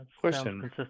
Question